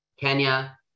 Kenya